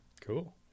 cool